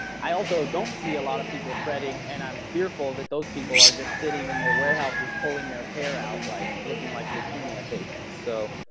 i also don't see a lot of people fretting and i'm fearful that those people are just sitting in their warehouse is pulling their hair out like looking like leukemia patients so,